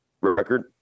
record